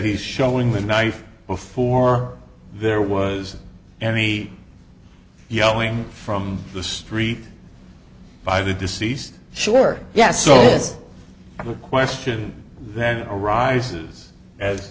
he's showing the knife before there was any yelling from the street by the deceased sure yes so this question then arises as